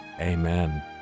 Amen